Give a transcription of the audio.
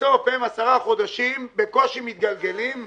בסוף הם 10 חודשים מקושי מתגלגלים,